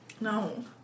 No